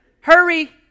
Hurry